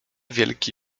wielki